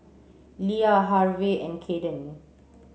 Lia Harve and Caden